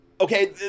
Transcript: Okay